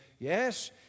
yes